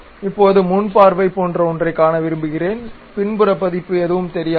இப்போது முன் பார்வை போன்ற ஒன்றைக் காண விரும்புகிறேன் பின்புற பதிப்பு தெரியாது